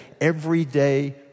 everyday